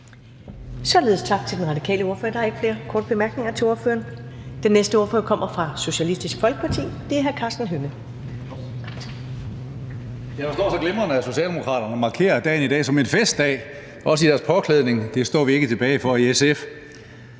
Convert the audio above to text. Således tak til den radikale ordfører. Der er ikke flere korte bemærkninger til ordføreren. Den næste ordfører kommer fra Socialistisk Folkeparti. Det er hr. Karsten Hønge. Kl. 15:07 (Ordfører) Karsten Hønge (SF): Jeg forstår så glimrende, at Socialdemokraterne markerer dagen i dag som en festdag, også i jeres påklædning. Det står vi ikke tilbage for i SF.